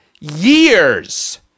years